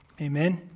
Amen